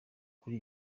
kuri